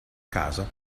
casa